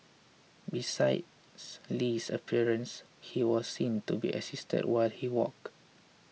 besides Li's appearance he was seen to be assisted while he walked